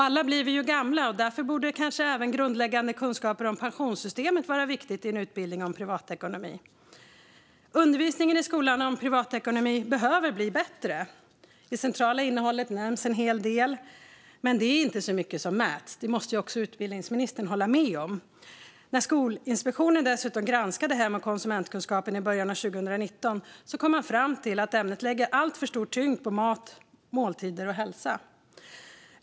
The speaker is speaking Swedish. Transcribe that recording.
Alla blir vi ju gamla, och därför borde kanske även grundläggande kunskaper om pensionssystemet vara viktiga i en utbildning om privatekonomi. Undervisningen i skolan om privatekonomi behöver bli bättre. I det centrala innehållet nämns en hel del, men det är inte så mycket som mäts. Det måste även utbildningsministern hålla med om. När Skolinspektionen granskade hem och konsumentkunskapen i början av 2019 kom man dessutom fram till att ämnet lägger alltför stor tyngd på mat, måltider och hälsa.